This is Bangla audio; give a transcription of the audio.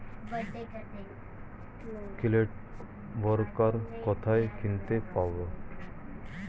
ক্লড ব্রেকার কোথায় কিনতে পাব?